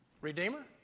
Redeemer